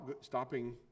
stopping